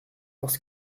parce